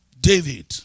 David